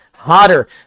Hotter